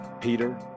Peter